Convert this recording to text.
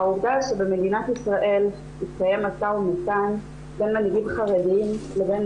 העובדה שבמדינת ישראל התקיים משא ומתן בין מנהיגים חרדיים לבין